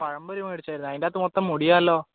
പഴമ്പൊരി മേടിച്ചായിരുന്നു അതിൻ്റകത്ത് മൊത്തം മുടിയാണല്ലോ